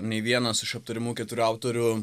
nei vienas iš aptariamų keturių autorių